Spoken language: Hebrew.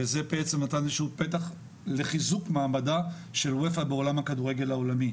וזה נתן פתח לחיזוק מעמדה של אופ"א בעולם הכדורגל העולמי.